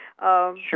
Sure